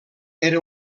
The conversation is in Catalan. era